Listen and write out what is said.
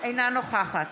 אינה נוכחת